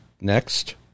next